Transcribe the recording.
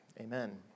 amen